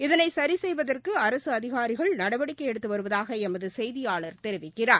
இதனைசரிசெய்வதற்குஅரசுஅதிகாரிகள் நடவடிக்கைஎடுத்துவருவதாகஎமதுசெய்தியாளர் தெரிவிக்கிறார்